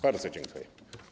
Bardzo dziękuję.